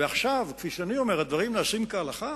ועכשיו, כפי שאני אומר, הדברים נעשים כהלכה,